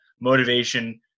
motivation